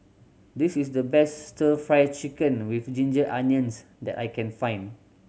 this is the best Stir Fry Chicken with ginger onions that I can find